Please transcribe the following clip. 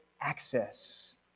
access